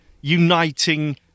uniting